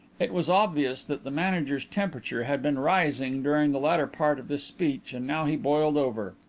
it was obvious that the manager's temperature had been rising during the latter part of this speech and now he boiled over.